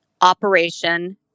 operation